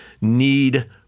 need